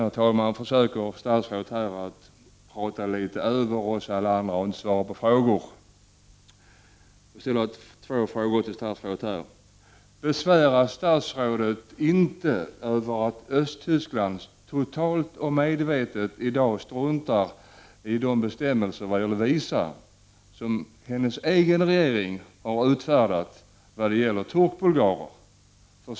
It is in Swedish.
20 november 1989 Sedan, herr talman, försökte statsrådet här att ”prata över” oss andra när. GA hon svarar på frågor. Besväras statsrådet inte av att Östtyskland totalt och medvetet i dag struntar i de visumbestämmelser som hennes egen regering har utfärdat vad gäller turkbulgarer?